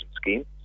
Scheme